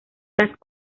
las